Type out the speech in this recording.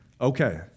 Okay